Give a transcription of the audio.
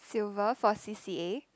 silver for c_c_a